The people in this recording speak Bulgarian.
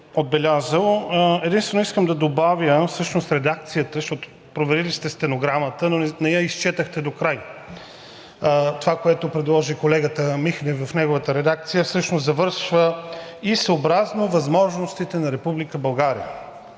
Единствено искам да добавя всъщност редакцията, защото проверили сте стенограмата, но не я изчетохте докрай. Това, което предложи колегата Михнев в неговата редакция, завършва „и съобразно възможностите на Република